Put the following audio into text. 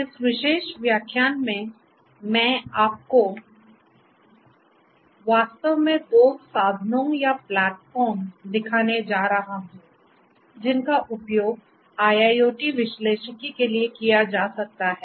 इस विशेष व्याख्यान में मैं आपको वास्तव में दो साधनों या प्लेटफ़ॉर्म दिखाने जा रहा हूं जिनका उपयोग IIoT विश्लेषिकी के लिए किया जा सकता है